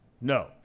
No